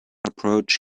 approach